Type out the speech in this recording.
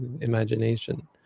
imagination